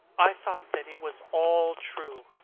i thought that it was all true.